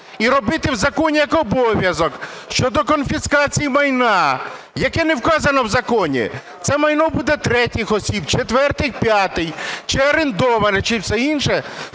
і робити в законі як обов'язок щодо конфіскації майна, яке не вказано в законі, це майно буде третіх осіб, четвертих, п'ятих, чи орендоване, чи все інше